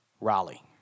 Raleigh